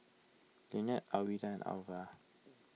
Linette Alwilda and Alva